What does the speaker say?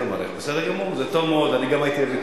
חבר הכנסת עתניאל שנלר, גם כן לא.